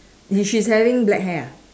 she's having black hair ah